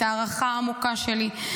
את ההערכה העמוקה שלי,